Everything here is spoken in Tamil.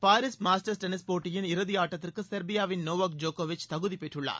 பாரீஸ் மாஸ்டர்ஸ் டென்னிஸ் போட்டியின் இறுதியாட்டத்திற்கு செர்பியாவின் நோவக் ஜோக்கோவிச் தகுதிபெற்றுள்ளார்